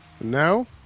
Now